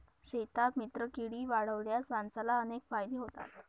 शेतात मित्रकीडी वाढवल्यास माणसाला अनेक फायदे होतात